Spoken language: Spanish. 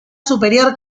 superior